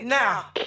now